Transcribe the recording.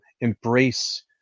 embrace